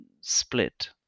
split